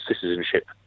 citizenship